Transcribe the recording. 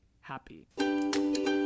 happy